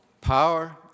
Power